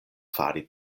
fari